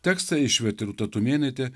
tekstą išvertė rūta tūmėnaitė